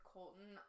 Colton